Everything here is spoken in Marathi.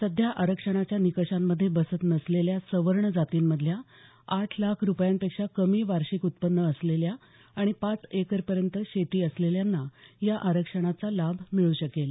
सध्या आरक्षणाच्या निकषामध्ये बसत नसलेल्या सवर्ण जातींमधल्या आठ लाख रूपयांपेक्षा कमी वार्षिक उत्पन्न असलेल्या आणि पाच एकरपर्यंत शेती असलेल्यांना या आरक्षणाचा लाभ मिळू शकेल